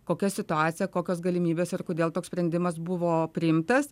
kokia situacija kokios galimybės ir kodėl toks sprendimas buvo priimtas